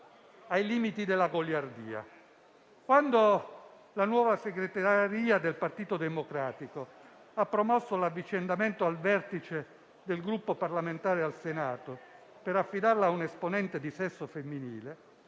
ai limiti della goliardia. Quando la nuova segreteria del Partito Democratico ha promosso l'avvicendamento al vertice del Gruppo parlamentare al Senato per affidarla a un esponente di sesso femminile,